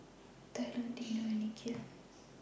Talon Dino and Nikhil